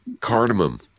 Cardamom